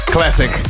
Classic